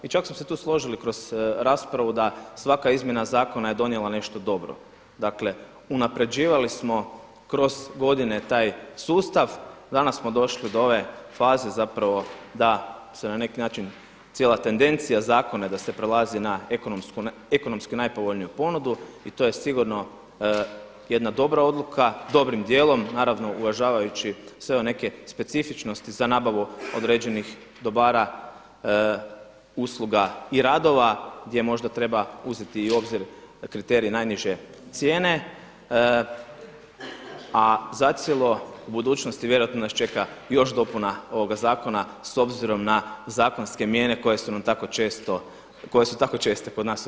I čak smo se tu složili kroz raspravu da svaka izmjena zakona je donijela nešto dobro, dakle unapređivali smo kroz godine taj sustav, danas smo došli do ove faze zapravo da se na neki način cijela tendencija zakona da se prelazi na ekonomki najpovoljniju ponudu i to je sigurno jedna dobra odluka, dobrim dijelom, naravno uvažavajući sve neke specifičnosti za nabavu određenih dobara usluga i radova gdje možda treba uzeti i obzir kriterije najniže cijene a zacijelo u budućnosti vjerojatno nas čeka još dopuna zakona s obzirom na zakonske mijene koje su tako često kod nas u RH.